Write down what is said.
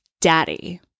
daddy